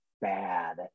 bad